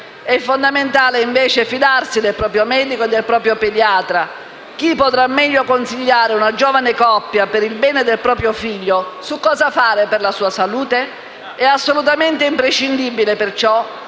È fondamentale, invece, fidarsi del proprio medico e del proprio pediatra: chi potrà meglio consigliare una giovane coppia, per il bene del proprio figlio, su cosa fare per la sua salute? È assolutamente imprescindibile, perciò,